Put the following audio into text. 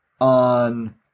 on